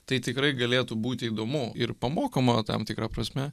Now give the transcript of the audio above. tai tikrai galėtų būti įdomu ir pamokoma tam tikra prasme